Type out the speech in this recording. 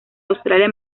australia